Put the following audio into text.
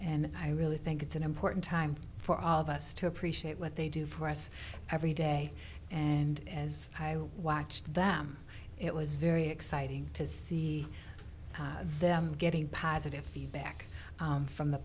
and i really think it's an important time for all of us to appreciate what they do for us every day and as i watched them it was very exciting to see them getting positive feedback from the